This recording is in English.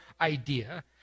idea